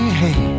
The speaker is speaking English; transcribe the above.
hey